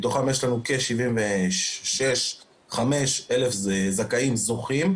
מתוכם יש לנו כ-75,000 זכאים זוכים,